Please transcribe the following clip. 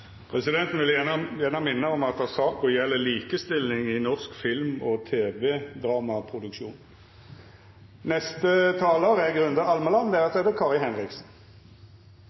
Presidenten vil gjerne minna om at saka gjeld likestilling i norsk film- og tv-dramaproduksjon. Jeg så meg tvunget til å komme opp her igjen hovedsakelig fordi det